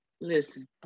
listen